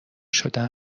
شدن